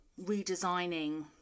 redesigning